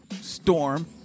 Storm